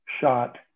shot